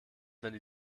wenn